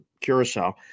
Curacao